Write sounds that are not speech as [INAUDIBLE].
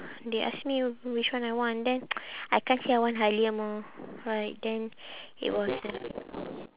they ask me which one I want then [NOISE] I can't say I want Halia mah right then it was ya